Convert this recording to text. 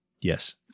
Yes